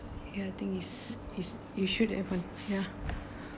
ya I think it's is you should have one ya